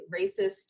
racist